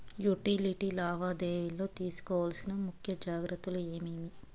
Utility లావాదేవీల లో తీసుకోవాల్సిన ముఖ్య జాగ్రత్తలు ఏమేమి?